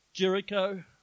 Jericho